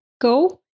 Go